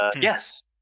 Yes